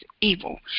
evil